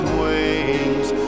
wings